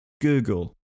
Google